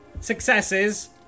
successes